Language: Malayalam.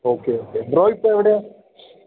ഓക്കെ ഓക്കെ ബ്രോ ഇപ്പോള് എവിടെയാണ്